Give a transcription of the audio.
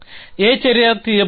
Aచర్య తీయబడుతుంది